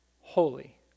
holy